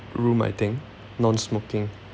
room I think non-smoking